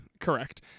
correct